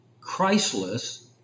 Christless